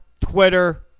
Twitter